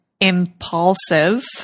Impulsive